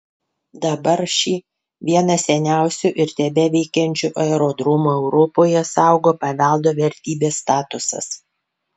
dabar šį vieną seniausių ir tebeveikiančių aerodromų europoje saugo paveldo vertybės statusas